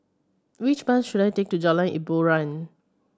which bus should I take to Jalan Hiboran